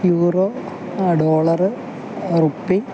euro dollar rupee